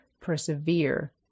persevere